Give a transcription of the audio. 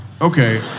Okay